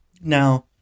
Now